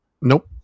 Nope